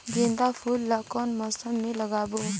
गेंदा फूल ल कौन मौसम मे लगाबो?